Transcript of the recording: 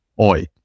oi